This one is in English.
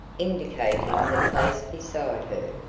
indicating the place beside her.